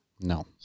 No